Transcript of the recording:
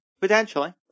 Potentially